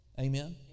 Amen